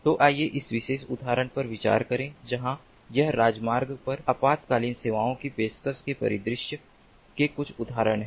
तो आइए इस विशेष उदाहरण पर विचार करें जहां यह राजमार्ग पर आपातकालीन सेवाओं की पेशकश के परिदृश्य के कुछ प्रकार है